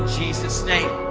jesus' name.